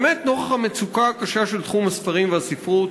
באמת נוכח המצוקה הקשה של תחום הספרים והספרות.